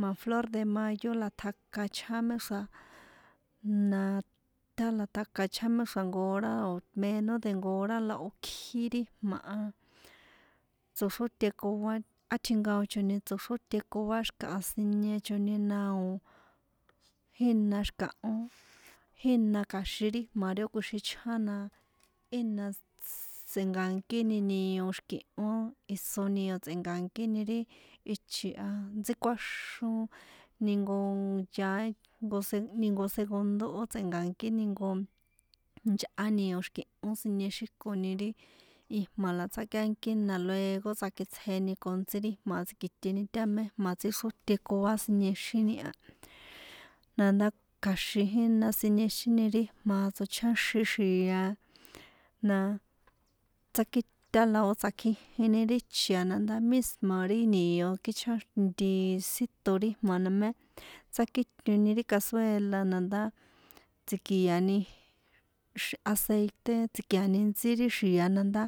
na flor de mayo la tjaka ichján méxra̱ na tála tjaka ichján méxra̱ jnko hora o̱ meno de jnko hora la ó kji ri jma̱ a tsoxrótekoa á tjinkaochoni tsoxrótekoa xi̱kaha siniechoni na o̱ jína xi̱kahón jína kja̱xin ri ijma̱ ri ó kjuixin ichján na ína tsj tse̱nka̱kíni nio xi̱kihó tse̱nka̱nkíni ri ichi̱ a ntsíkuáxón nijnko yaá see ni jnko segundo ó tse̱nka̱nkíni jnko yꞌá nio xi̱kihó siniexíko ri ijma̱ la tsákiánkini na luego tsakitsjeni con ntsi ri ijma̱ tsikiteni tamé jma̱ tsíxrótekoa siniexin ni a nandá kja̱xin ina siniexini ri ijma̱ a tsochjáxin xia na tsakí tana la o̱ tsakjijini ri ichi̱ ndá misma ri nio kíchjá nti síton ri ijma̱ na mé tsíkito ri cazuela na ndá tsikiani xi aceite tsikia ntsi ri xia na ndá.